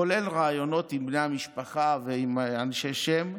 כולל ראיונות עם בני המשפחה ועם אנשי שם.